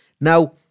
now